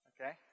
Okay